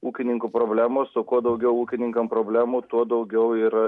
ūkininkų problemos o kuo daugiau ūkininkam problemų tuo daugiau yra